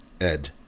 Ed